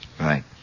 Right